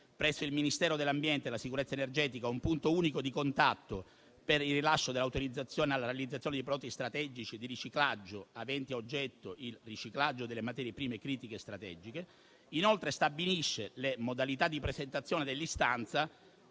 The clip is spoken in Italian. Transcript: presso il Ministero dell'ambiente e della sicurezza energetica, un punto unico di contatto per il rilascio dell'autorizzazione alla realizzazione di progetti strategici di riciclaggio aventi a oggetto il riciclaggio delle materie prime critiche strategiche. Inoltre, stabilisce le modalità di presentazione dell'istanza